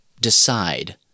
decide